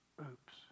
Oops